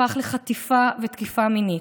הפך לחטיפה ותקיפה מינית.